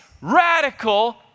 radical